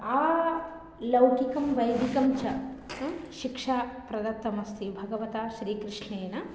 आलौकिकं वैदिकं च शिक्षा प्रदत्तमस्ति भगवता श्रीकृष्णेन